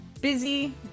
Busy